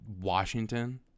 Washington